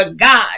God